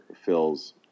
fills